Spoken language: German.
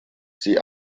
sie